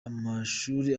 amashuri